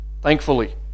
thankfully